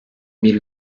bir